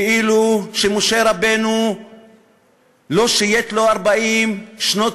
כאילו משה רבנו לא שייט לו 40 שנות